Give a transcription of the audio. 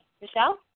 Michelle